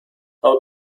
how